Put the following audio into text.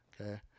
Okay